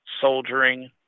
soldiering